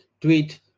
tweet